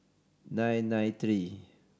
nine nine three